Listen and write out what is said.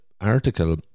article